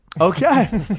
Okay